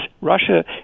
Russia